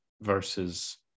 versus